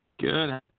Good